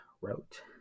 wrote